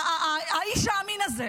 האיש האמין הזה.